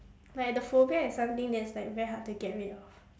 like the phobia is something that's like very hard to get rid of